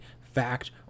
fact